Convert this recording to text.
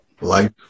Life